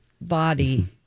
body